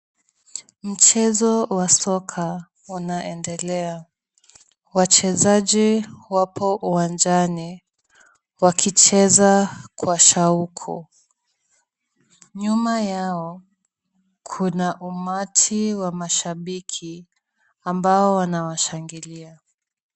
Mchezo wa soka unaendelea. Wachezaji wapo uwanjani wakicheza kwa shauku. Nyuma yao kuna umati wa mashabiki ambao wanawashangilia.